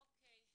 אוקיי.